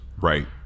Right